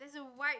there's a wide